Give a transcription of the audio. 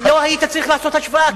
לא היית צריך לעשות השוואה כזאת.